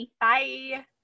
Bye